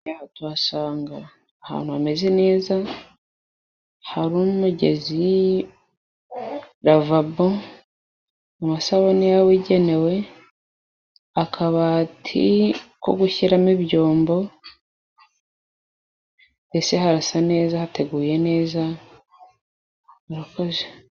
...hasanga ahantu hameze neza hari umugezi, lavabo, amasabune ya bugenewe, akabati ko gushyiramo ibyombo, ese harasa neza hateguye neza. Murakoze.